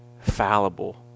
fallible